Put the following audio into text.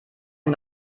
wir